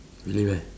really meh